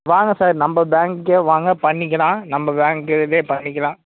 வாங்க சார் நம்ப பேங்குக்கே வாங்க பண்ணிக்கலாம் நம்ப பேங்கிலேர்ந்தே பண்ணிக்கலாம்